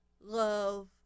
Love